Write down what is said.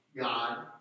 God